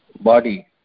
body